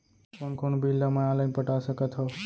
कोन कोन बिल ला मैं ऑनलाइन पटा सकत हव?